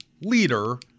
leader